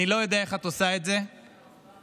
אני לא יודע איך את עושה את זה, מהפוזיציה,